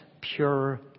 pure